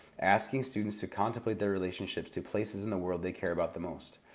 asking students to contemplate their relationships to places in the world they care about the most.